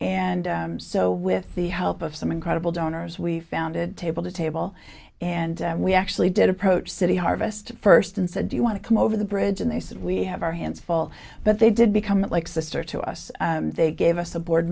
and so with the help of some incredible donors we founded table to table and we actually did approach city harvest first and said do you want to come over the bridge and they said we have our hands full but they did become like sister to us they gave us a board